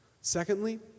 Secondly